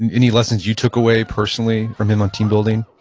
and any lessons you took away personally from him on team building?